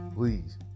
Please